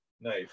knife